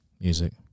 Music